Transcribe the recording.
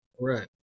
Right